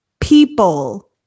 people